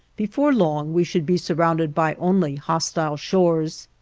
before long we should be surrounded by only hostile shores.